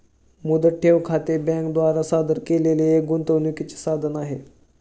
मुदत ठेव खाते बँके द्वारा सादर केलेले एक गुंतवणूकीचे साधन आहे